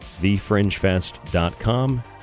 TheFringeFest.com